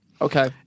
Okay